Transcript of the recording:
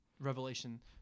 Revelation